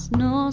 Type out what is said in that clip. no